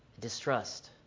distrust